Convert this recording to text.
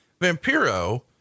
vampiro